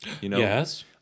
Yes